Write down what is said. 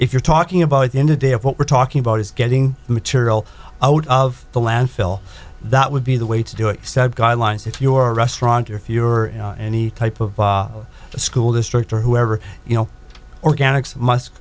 if you're talking about the end of day of what we're talking about is getting material out of the landfill that would be the way to do it said guidelines if you are a restaurant or if you're any type of a school district or whoever you know organics must